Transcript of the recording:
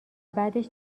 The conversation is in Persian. بعدش